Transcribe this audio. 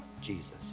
Jesus